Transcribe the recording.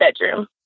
bedroom